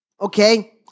okay